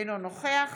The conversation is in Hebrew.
אינו נוכח